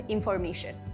Information